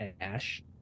ash